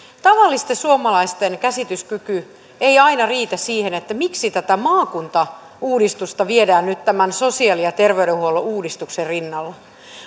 tavallisten suomalaisten käsityskyky ei aina riitä siihen miksi tätä maakuntauudistusta viedään nyt tämän sosiaali ja terveydenhuollon uudistuksen rinnalla